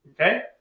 okay